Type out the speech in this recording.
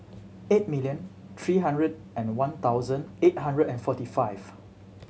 eight million three hundred and one thousand eight hundred and forty five